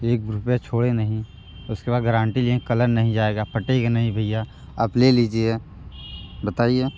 एक भी रुपया छोड़े नहीं उसके बाद गरांटी लिए कलर नहीं जाएगा फटेगा नहीं भैया आप ले लीजिए बताइए